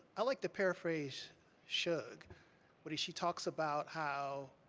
i'd like to paraphrase shug when she talks about how